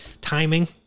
timing